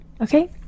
Okay